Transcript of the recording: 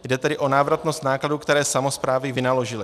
Jde tedy o návratnost nákladů, které samosprávy vynaložily.